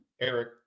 Eric